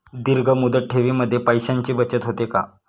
दीर्घ मुदत ठेवीमध्ये पैशांची बचत होते का?